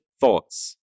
thoughts